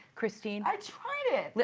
cristine i tried it,